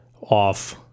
off